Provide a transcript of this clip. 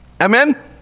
amen